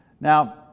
Now